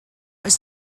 was